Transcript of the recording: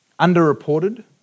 Underreported